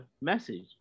message